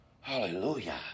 Hallelujah